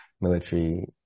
military